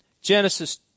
Genesis